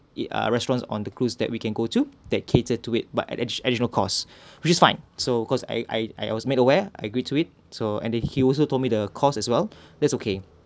ah restaurants on the cruise that we can go to that cater to it but at additional cost which is fine so cause I I was made aware I agreed to it so and the he also told me the cost as well that's okay